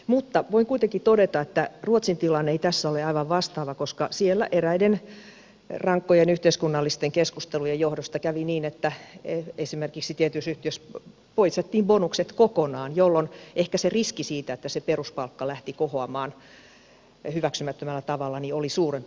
mutta voin kuitenkin todeta että ruotsin tilanne ei tässä ole aivan vastaava koska siellä eräiden rankkojen yhteiskunnallisten keskustelujen johdosta kävi niin että esimerkiksi tietyissä yhtiöissä poistettiin bonukset kokonaan jolloin ehkä se riski siitä että se peruspalkka lähtee kohoamaan hyväksymättömällä tavalla oli suurempi